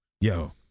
Yo